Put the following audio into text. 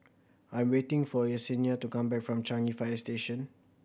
I'm waiting for Yessenia to come back from Changi Fire Station